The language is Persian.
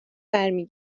برمی